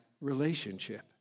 relationship